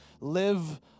live